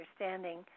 understanding